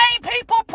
people